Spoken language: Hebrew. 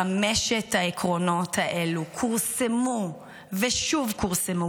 חמשת העקרונות האלו כורסמו ושוב כורסמו